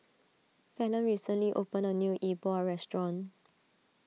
Fallon recently opened a new E Bua restaurant